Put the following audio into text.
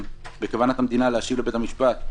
שבכוונת המדינה להשיב לבית המשפט,